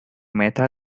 meta